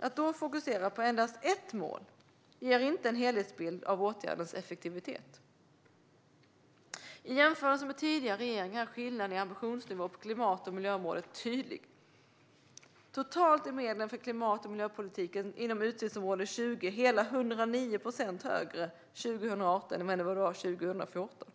Att då fokusera på enbart ett visst mål ger inte en helhetsbild av åtgärdens effektivitet. I jämförelse med tidigare regeringar är skillnaden i ambitionsnivå på klimat och miljöområdet tydlig. Totalt är medlen för klimat och miljöpolitiken inom utgiftsområde 20 hela 109 procent högre 2018 än 2014.